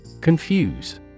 Confuse